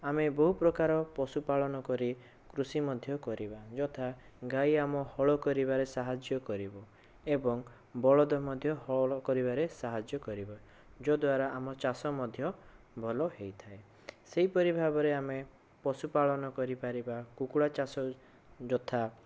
ଆମେ ବହୁ ପ୍ରକାର ପଶୁ ପାଳନ କରି କୃଷି ମଧ୍ୟ କରିବା ଯଥା ଗାଈ ଆମ ହଳ କରିବାରେ ସାହାଯ୍ୟ କରିବ ଏବଂ ବଳଦ ମଧ୍ୟ ହଳ କରିବାରେ ସାହାଯ୍ୟ କରିବ ଯଦ୍ଵାରା ଆମ ଚାଷ ମଧ୍ୟ ଭଲ ହୋଇଥାଏ ସେହିପରି ଭାବରେ ଆମେ ପଶୁ ପାଳନ କରିପାରିବା କୁକୁଡ଼ା ଚାଷ ଯଥା